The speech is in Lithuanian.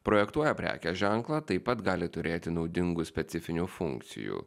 projektuoja prekės ženklą taip pat gali turėti naudingų specifinių funkcijų